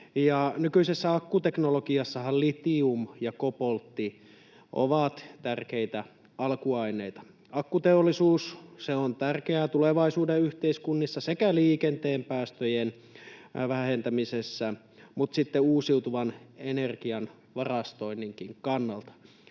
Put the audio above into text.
Nykyisessä akkuteknologiassahan litium ja koboltti ovat tärkeitä alkuaineita. Akkuteollisuus on tärkeä tulevaisuuden yhteiskunnissa sekä liikenteen päästöjen vähentämisessä että sitten uusiutuvan energian varastoinninkin kannalta.